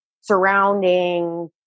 surrounding